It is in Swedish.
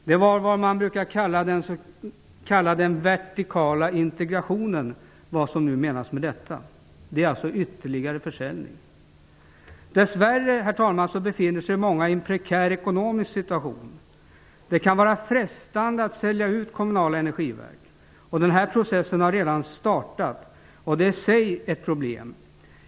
Det är vad man brukar kalla för en vertikal integration, vad som nu menas med det. Det är alltså ytterligare försäljning. Dess värre, herr talman, befinner sig många kommuner i en prekär ekonomisk situation, då det kan vara frestande att sälja ut kommunala energiverk. Denna process har redan startat, vilket är ett problem i sig.